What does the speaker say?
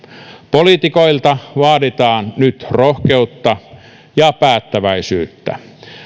poliitikoilta vaaditaan nyt rohkeutta ja päättäväisyyttä